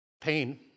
Pain